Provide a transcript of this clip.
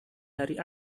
hari